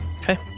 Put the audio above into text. Okay